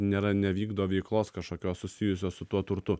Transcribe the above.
nėra nevykdo veiklos kažkokios susijusios su tuo turtu